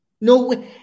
No